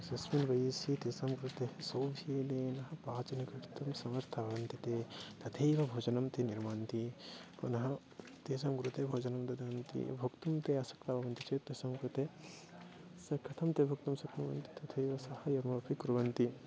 तस्मिन् वयसि तेषां कृते पाचनं कर्तुं समर्थाः भवन्ति ते तथैव भोजनं ते निर्मान्ति पुनः तेषां कृते भोजनं ददति भोक्तुं ते अशक्ताः भवन्ति चेत् तेषां कृते सः कथं ते भोक्तुं शक्नुवन्ति तथैव साहाय्यमपि कुर्वन्ति